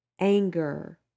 Anger